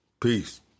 Peace